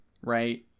right